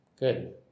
Good